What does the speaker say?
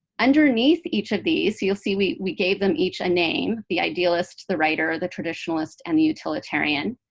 underneath each of these, you'll see we we gave them each a name the idealist, the writer, the traditionalist, and the utilitarian.